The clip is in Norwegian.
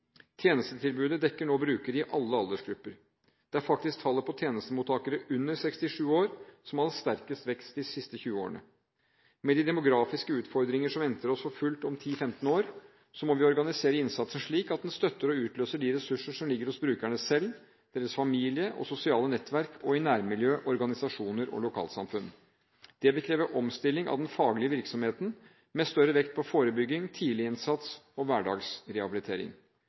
Tjenestetilbudet dekker nå brukere i alle aldersgrupper. Det er faktisk tallet på tjenestemottakere under 67 år som har hatt sterkest vekst de siste 20 årene. Med de demografiske utfordringer som venter oss for fullt om 10–15 år, må vi organisere innsatsen slik at den støtter og utløser de ressurser som ligger hos brukerne selv, deres familie og sosiale nettverk, i nærmiljø, organisasjoner og lokalsamfunn. Det vil kreve omstilling av den faglige virksomheten, med større vekt på forebygging, tidlig innsats og hverdagsrehabilitering.